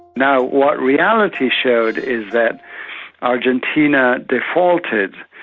now what reality showed is that argentina defaulted,